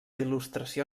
il·lustració